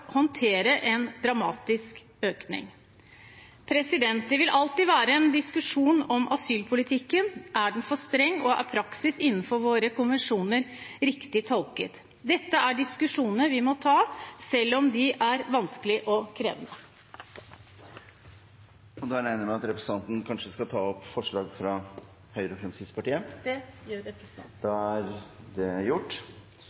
håndtere en dramatisk økning. Det vil alltid være en diskusjon om asylpolitikken er for streng, og om praksis er innenfor våre konvensjonsforpliktelser. Dette er diskusjoner vi må ta, selv om de er vanskelige og krevende. Jeg tar opp forslaget fra Høyre og Fremskrittspartiet Representanten Kristin Ørmen Johnsen har tatt opp det